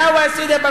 סִידִי.